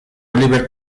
oliver